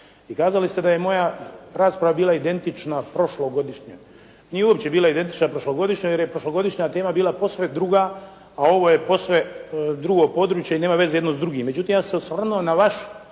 I kazali ste da je moja rasprava bila identična prošlogodišnjoj. Nije uopće bila identična prošlogodišnjoj, jer je prošlogodišnja tema bila posve druga, a ovo je posve drugo područje i nema veze jedno s drugim.